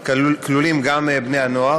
חבר הכנסת מכלוף מיקי זוהר,